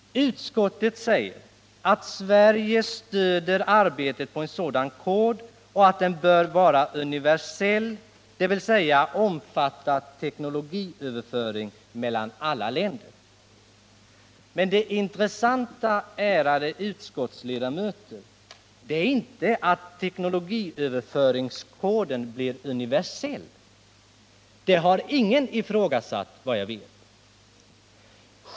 Utskottet säger att Sverige stöder arbetet på en sådan kod och att den bör vara universell, dvs. omfatta teknologiöverföring mellan alla länder. Men det intressanta, ärade utskottsledamöter, är inte att teknologiöverföringskoden blir universell — det har ingen ifrågasatt, vad jag vet.